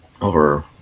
over